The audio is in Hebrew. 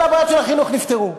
כל הבעיות של החינוך נפתרו.